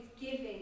giving